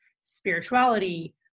spirituality